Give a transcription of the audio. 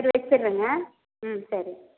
சரி வச்சிடுறங்க ம் சரி